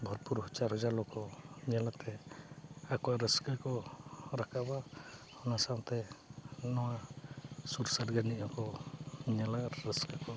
ᱵᱷᱚᱨᱯᱩᱨ ᱪᱟᱨ ᱦᱟᱡᱟᱨ ᱦᱚᱲ ᱠᱚ ᱧᱮᱞᱮᱜ ᱛᱮ ᱟᱠᱚᱣᱟᱜ ᱨᱟᱹᱥᱠᱟᱹ ᱠᱚ ᱨᱟᱠᱟᱵᱟ ᱚᱱᱟ ᱥᱟᱶᱛᱮ ᱱᱚᱣᱟ ᱥᱩᱨ ᱥᱟᱰᱜᱮ ᱨᱮᱱ ᱦᱚᱸᱠᱚ ᱧᱮᱞᱟ ᱟᱨ ᱨᱟᱹᱥᱠᱟᱹ ᱠᱚ